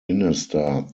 minister